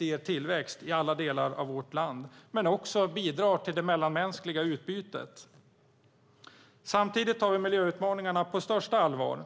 ger tillväxt i alla delar av vårt land. Den bidrar också till det mellanmänskliga utbytet. Samtidigt tar vi miljöutmaningarna på största allvar.